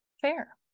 Fair